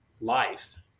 life